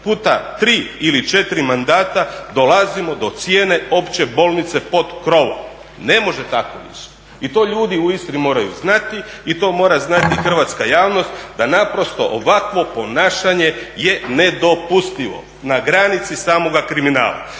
puta tri ili četiri mandata, dolazimo do cijene opće bolnice pod krovom. Ne može tako više i to ljudi u Istri moraju znati i to mora znati hrvatska javnost da naprosto ovakvo ponašanje je nedopustivo, na granici samoga kriminala.